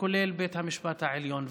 כולל בבית המשפט העליון.